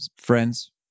Friends